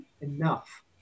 enough